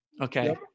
Okay